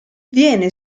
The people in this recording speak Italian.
viene